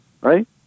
right